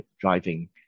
driving